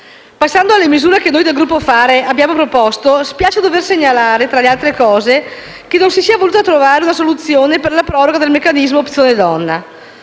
Passando alle misure che noi componenti del Gruppo Misto-Fare! abbiamo proposto, spiace dover segnalare, tra le altre cose, che non si sia voluta trovare una soluzione per la proroga del cosiddetto meccanismo "opzione donna".